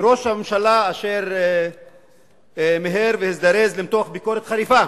וראש ממשלה אשר מיהר והזדרז למתוח ביקורת חריפה